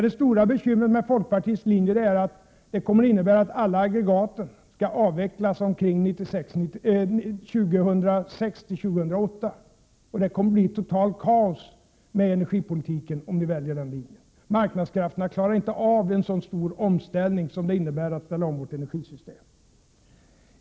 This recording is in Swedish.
Det stora bekymret med folkpartiets linje är att den kommer att innebära att alla aggregaten kommer att avvecklas omkring år 2006-2008, och det kommer att bli totalt kaos med energipolitiken om ni väljer den linjen. Marknadskrafterna klarar inte av en så stor omställning som det innebär att ställa om hela vårt energisystem.